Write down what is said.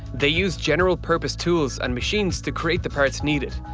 they used general purpose tools and machines to create the parts needed,